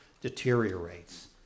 deteriorates